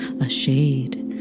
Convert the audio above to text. a-shade